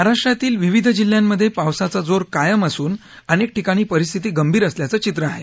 महाराष्ट्रातील विविध जिल्ह्यांमधे पावसाचा जोर कायम असून अनेक ठिकाणी परिस्थिती गंभीर असल्याचं चित्र आहे